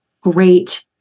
great